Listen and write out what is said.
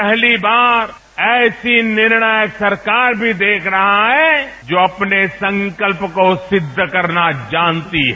पहली बार ऐसी निर्णायक सरकार भी देख रहा है जो अपने संकल्प को सिद्ध करना जानती है